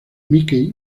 mickey